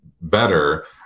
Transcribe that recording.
better